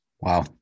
Wow